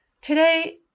Today